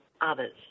others